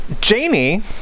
Jamie